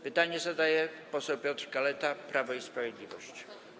Pytanie zadaje poseł Piotr Kaleta, Prawo i Sprawiedliwość.